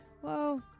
whoa